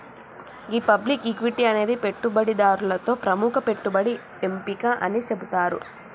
గీ public equity అనేది పెట్టుబడిదారులతో ప్రముఖ పెట్టుబడి ఎంపిక అని సెబుతారు